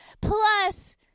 Plus